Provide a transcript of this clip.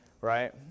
right